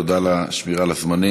תודה על השמירה על הזמנים.